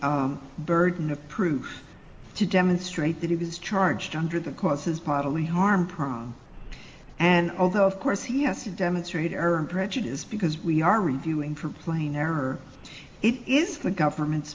the burden of proof to demonstrate that he was charged under the causes possibly harm prone and although of course he has to demonstrate error and prejudice because we are reviewing for plain error it is the government's